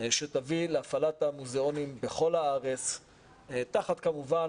שתביא להפעלת המוזיאונים בכל הארץ תחת כמובן